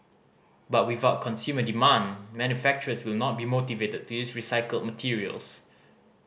but without consumer demand manufacturers will not be motivated to use recycled materials